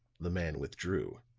the man withdrew.